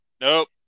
Nope